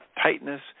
tightness